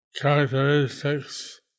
Characteristics